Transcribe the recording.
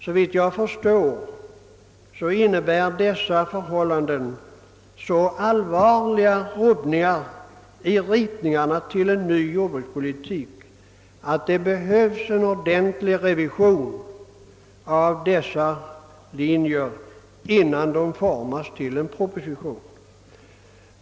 Såvitt jag förstår innebär dessa förhållanden så allvarliga rubbningar i ritningarna till en ny jordbrugspolitik att det behövs en ordentlig revision av dessa linjer innan de formas till en proposition.